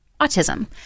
autism